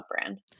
brand